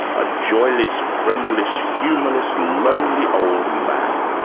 a joyless, friendless, humourless, lonely old man.